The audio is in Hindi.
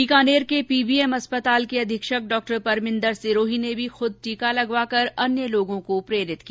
बीकानेर के पीबीएम अस्पताल के अधीक्षक डॉ परमिन्दर सिरोही ने भी खुद टीका लगवाकर अन्य लोगों को प्रेरित किया